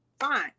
fine